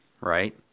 Right